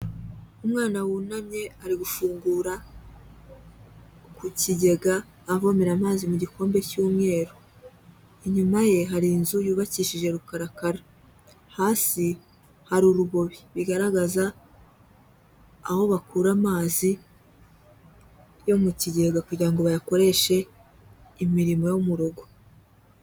Umwana wunamye ari gufungura ku kigega avomera amazi mu gikombe cy'umweru, inyuma ye hari inzu yubakishije rukarakara, hasi hari urugobi, bigaragaza aho bakura amazi yo mu kigega kugira ngo bayakoreshe imirimo yo mu rugo.